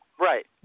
Right